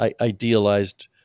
idealized